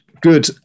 Good